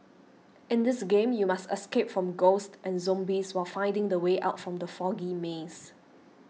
in this game you must escape from ghosts and zombies while finding the way out from the foggy maze